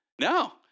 No